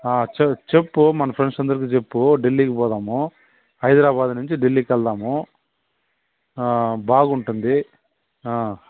ఆ చె చెప్పు మన ఫ్రెండ్స అందరికి చెప్పు ఢిల్లీకి పోదాము హైదరాబాదు నుంచి ఢిల్లీకి వెళ్దాము హ బాగుంటుంది ఆ